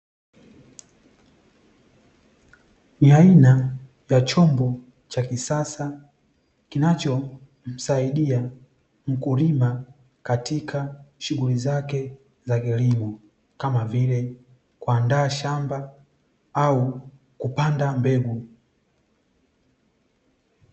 Ni aina ya chombo cha kisasa kinachomsaidia mkulima katika shughuli zake za kilimo kama vile: kuandaa shamba au kupanda mbegu.